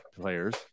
players